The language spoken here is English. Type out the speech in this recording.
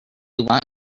want